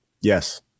Yes